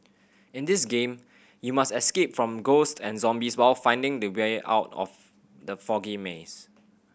in this game you must escape from ghost and zombies while finding the way out of the foggy maze